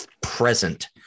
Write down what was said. present